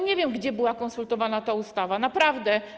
Nie wiem, gdzie była konsultowana ta ustawa, naprawdę.